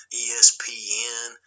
espn